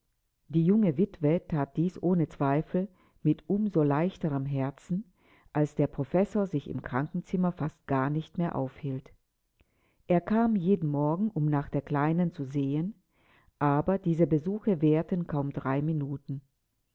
die junge witwe that dies ohne zweifel mit um so leichterem herzen als der professor sich im krankenzimmer fast gar nicht mehr aufhielt er kam jeden morgen um nach der kleinen zu sehen aber diese besuche währten kaum drei minuten